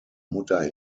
mutter